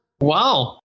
Wow